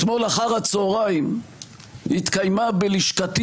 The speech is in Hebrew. אתמול אחר הצוהריים התקיימה בלשכתי